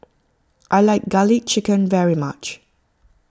I like Garlic Chicken very much